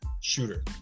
shooter